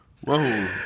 whoa